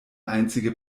einzige